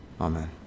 amen